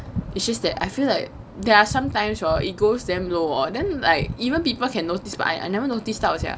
it's just that I feel like there are sometimes orh it goes damn low hor then like even people can notice but I never notice 到 sia